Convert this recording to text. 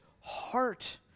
heart